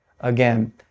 again